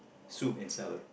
soup and salad